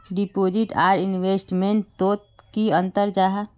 Deposit आर investment तोत की अंतर जाहा?